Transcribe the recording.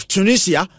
Tunisia